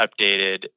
updated